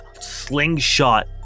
slingshot